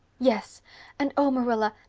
yes and oh, marilla,